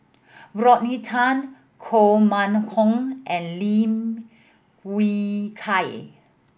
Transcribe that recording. Rodney Tan Koh Mun Hong and Lim Wee Kiak